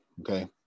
okay